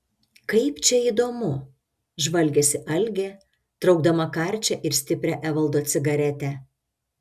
kaip čia įdomu žvalgėsi algė traukdama karčią ir stiprią evaldo cigaretę